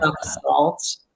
salt